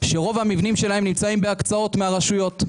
שרוב המבנים שלהם נמצאים בהקצאות מהרשויות.